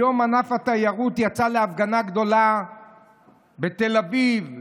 היום ענף התיירות יצא להפגנה גדולה בתל אביב.